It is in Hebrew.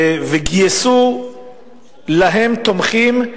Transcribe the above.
וגייסו להן תומכים,